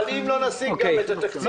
אבל אם לא נשיג את התקציב הזה.